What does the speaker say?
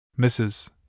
Mrs